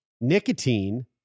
Nicotine